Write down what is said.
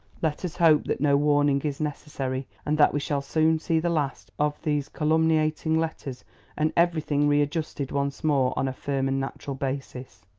let us hope that no warning is necessary and that we shall soon see the last of these calumniating letters and everything readjusted once more on a firm and natural basis.